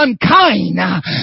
unkind